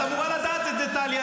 את אמורה לדעת את זה, טלי.